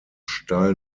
steil